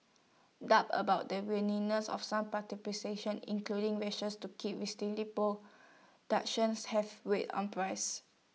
doubts about the willingness of some including to keep restricting productions have weighed on prices